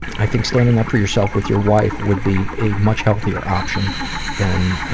i think standing up for yourself with your wife would be a much healthier option than